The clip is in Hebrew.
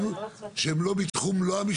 לא, לא הבנתי את ההערה.